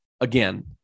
Again